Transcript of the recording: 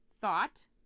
thought